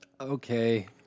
Okay